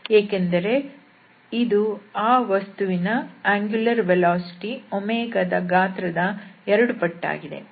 ಯಾಕೆಂದರೆ ಇದು ಆ ವಸ್ತುವಿನ ಕೋನೀಯ ವೇಗ ದ ಗಾತ್ರದ ಎರಡು ಪಟ್ಟಾಗಿದೆ